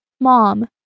Mom